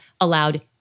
allowed